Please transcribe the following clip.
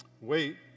wait